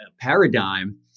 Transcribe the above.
paradigm